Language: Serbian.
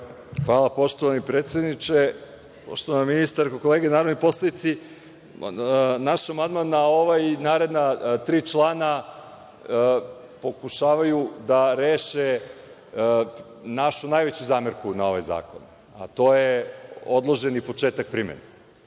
Hvala, poštovani predsedniče. Poštovana ministarko, kolege narodni poslanici, naš amandman na ovaj i naredna tri člana pokušavaju da reše našu najveću zamerku na ovaj zakon, a to je odloženi početak primene.